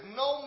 no